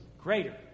greater